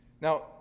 Now